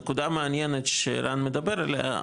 נקודה מעניינת שרן מדבר עליה,